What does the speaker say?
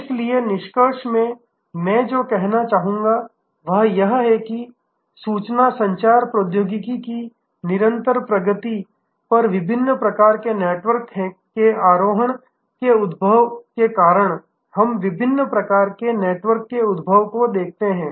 इसलिए निष्कर्ष में मैं जो कहना चाहूंगा वह यह है कि सूचना संचार प्रौद्योगिकी की निरंतर प्रगति पर विभिन्न प्रकार के नेटवर्क के आरोहण के उद्भव के कारण हम विभिन्न प्रकार के नेटवर्क के उद्भव को देखते हैं